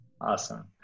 Awesome